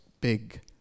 big